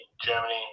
Germany